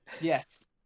yes